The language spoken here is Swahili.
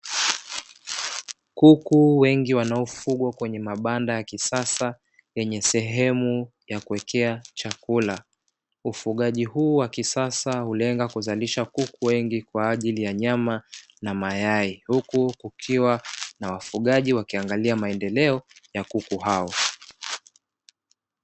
Kuku wengi wanaofugwa kwenye mabamda ya kisasa, yenye sehemu ya kuwekea chakula , ufugaji huu wa kisasa hulenga kuzalisha kuku wengi kwa ajili ya nyama na mayai, huku kukiwa na wafugaji wakiangalia maendeleo ya kuku hao .